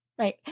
Right